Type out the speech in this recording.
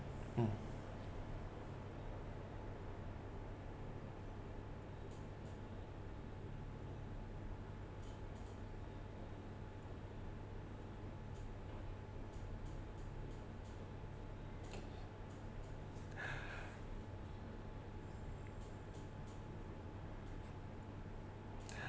mm